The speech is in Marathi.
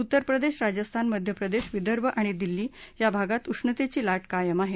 उत्तर प्रदेश राजस्थान मध्य प्रदेश विदर्भ आणि दिल्ली या भागात उष्णतेची लाट कायम आहे